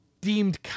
deemed